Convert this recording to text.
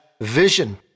vision